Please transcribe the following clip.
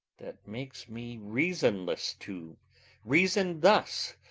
that makes me reasonless to reason thus?